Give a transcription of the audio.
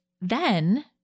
then-